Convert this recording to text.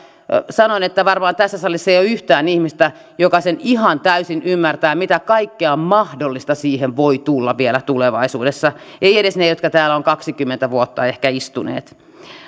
sanoin että varmaan tässä salissa ei ole yhtään ihmistä joka sen ihan täysin ymmärtää mitä kaikkea mahdollista siihen voi tulla vielä tulevaisuudessa eivät edes ne jotka täällä ovat kaksikymmentä vuotta ehkä istuneet